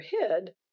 head